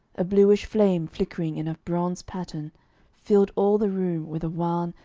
a bluish flame flickering in a bronze patern filled all the room with a wan,